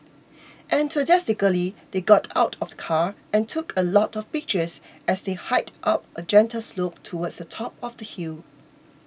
enthusiastically they got out of the car and took a lot of pictures as they hiked up a gentle slope towards the top of the hill